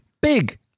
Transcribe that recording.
Big